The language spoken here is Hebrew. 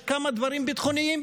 יש כמה דברים ביטחוניים.